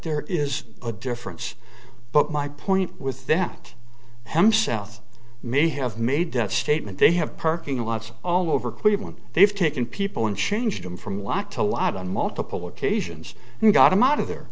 there is a difference but my point with that some south may have made that statement they have parking lots all over cleveland they've taken people in changed them from la to lot on multiple occasions and got them out of there